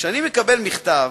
כשאני מקבל מכתב